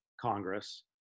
Congress